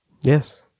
Yes